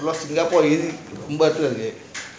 what singapore